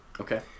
Okay